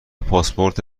پاسپورت